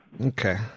Okay